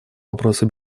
вопросы